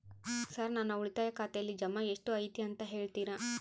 Sir ನನ್ನ ಉಳಿತಾಯ ಖಾತೆಯಲ್ಲಿ ಜಮಾ ಎಷ್ಟು ಐತಿ ಅಂತ ಹೇಳ್ತೇರಾ?